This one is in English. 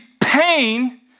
pain